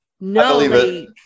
no